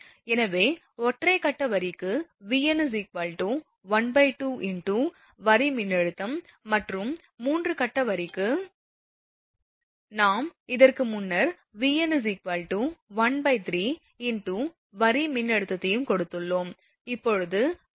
எனவே ஒற்றை கட்ட வரிக்கு Vn 12 × வரி மின்னழுத்தம் மற்றும் 3 கட்ட வரிக்கு நாம் இதற்கு முன்னர் Vn 1√3 × வரி மின்னழுத்தத்தையும் கொடுத்துள்ளோம்